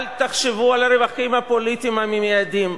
אל תחשבו על הרווחים הפוליטיים המיידיים.